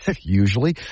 usually